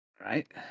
right